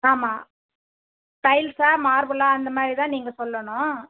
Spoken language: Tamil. ஆமாம் டைல்ஸா மார்புல்லா அந்த மாதிரி தான் நீங்கள் சொல்லணும்